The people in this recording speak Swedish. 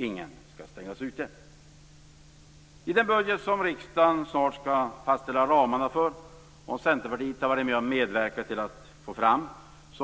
Ingen skall stängas ute. I den budget som riksdagen snart skall fastställa ramarna för, vilken Centerpartiet har medverkat till att få fram,